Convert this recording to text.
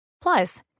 Plus